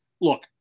look